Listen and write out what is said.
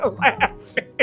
laughing